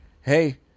hey